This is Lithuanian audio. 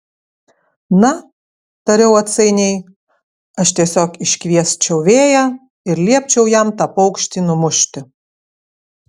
na tariau atsainiai aš tiesiog iškviesčiau vėją ir liepčiau jam tą paukštį numušti